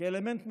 כאלמנט מסוכן.